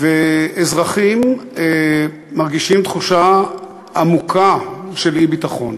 ואזרחים מרגישים תחושה עמוקה של אי-ביטחון.